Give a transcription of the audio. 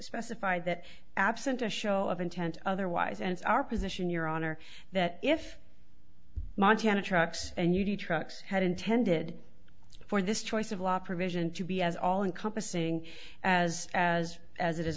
specified that absent a show of intent otherwise and it's our position your honor that if montana trucks and u d trucks had intended for this choice of law provision to be as all encompassing as as as it